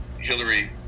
Hillary